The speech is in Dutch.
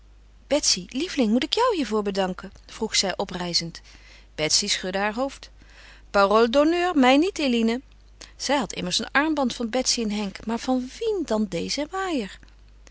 betsy betsy lieveling moet ik jou hiervoor bedanken vroeg zij oprijzend betsy schudde haar hoofd parole d'honneur mij niet eline ja zij had immers een armband van betsy en henk maar van wien dan dezen waaier